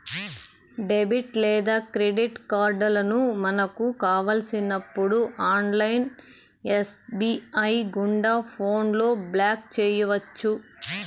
debit లేదా credit కార్డులను మనకు కావలసినప్పుడు ఆన్లైన్ ఎస్.బి.ఐ గుండా ఫోన్లో బ్లాక్ చేయొచ్చు